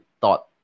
thought